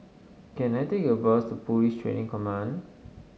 can I take a bus to Police Training Command